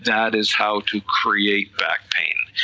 that is how to create back pain,